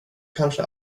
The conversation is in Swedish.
kanske